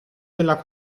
della